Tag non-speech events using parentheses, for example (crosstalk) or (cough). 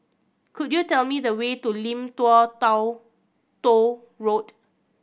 could you tell me the way to Lim Tua (unintelligible) Tow Road